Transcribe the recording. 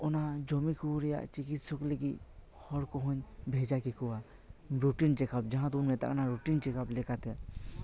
ᱚᱱᱟ ᱡᱚᱢᱤ ᱠᱚ ᱨᱮᱭᱟᱜ ᱪᱤᱠᱤᱥᱚᱠ ᱞᱟᱹᱜᱤᱫ ᱦᱚᱲ ᱠᱚᱦᱚᱹᱧ ᱵᱷᱮᱡᱟ ᱠᱮᱠᱚᱣᱟ ᱨᱩᱴᱤᱱ ᱪᱮᱠᱟᱵ ᱡᱟᱦᱟᱸ ᱫᱚᱵᱚᱱ ᱢᱮᱛᱟᱜ ᱠᱟᱱᱟ ᱨᱩᱴᱤᱱ ᱪᱮᱠᱟᱵ ᱞᱮᱠᱟᱛᱮ